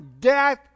death